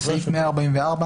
בסעיף 114,